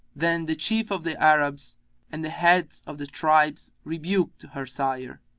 then the chiefs of the arabs and the heads of the tribes rebuked her sire,